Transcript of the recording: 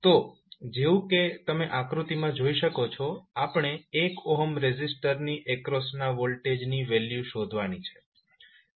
તો જેવું કે તમે આકૃતિમાં જોઈ શકો છો આપણે 1 રેઝિસ્ટર ની એક્રોસના વોલ્ટેજની વેલ્યુ શોધવાની છે